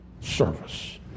service